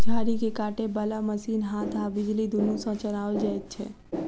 झाड़ी के काटय बाला मशीन हाथ आ बिजली दुनू सँ चलाओल जाइत छै